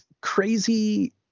crazy